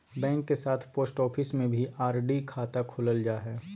bank के साथ post office में भी आर.डी खाता खोलल जा हइ